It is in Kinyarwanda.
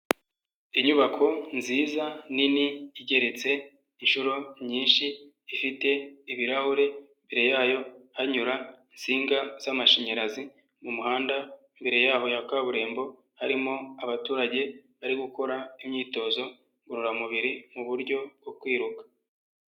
Inyubako nziza, nini, igeretse inshuro nyinshi, ifite ibirahure, imbere yayo hanyura insinga z'amashanyarazi, mu muhanda imbere yaho ya kaburimbo, harimo abaturage bari gukora imyitozo ngororamubiri, mu buryo bwo kwiruka.